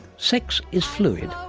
sex is fluid,